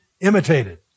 imitated